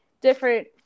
different